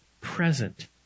present